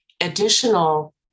additional